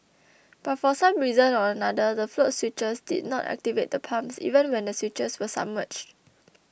but for some reason or another the float switches did not activate the pumps even when the switches were submerged